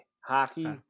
Hockey